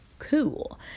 Cool